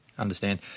understand